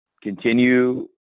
continue